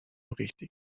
richtig